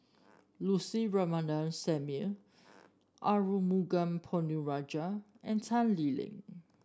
Lucy Ratnammah Samuel Arumugam Ponnu Rajah and Tan Lee Leng